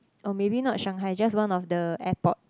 or maybe not Shanghai just one of the airport